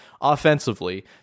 offensively